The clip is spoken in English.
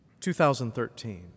2013